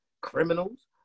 criminals